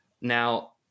Now